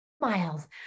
miles